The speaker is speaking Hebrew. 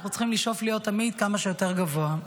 אנחנו צריכים לשאוף להיות תמיד כמה שיותר גבוה.